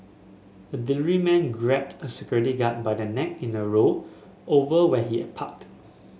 a delivery man grabbed a security guard by the neck in a row over where he had parked